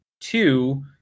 two